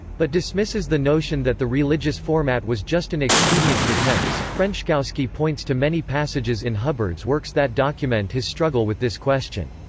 but dismisses the notion that the religious format was just an expedient pretense frenschkowski points to many passages in hubbard's works that document his struggle with this question.